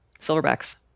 Silverbacks